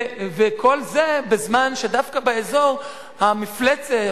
וכל זה בזמן שדווקא באזור המפלצת,